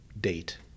date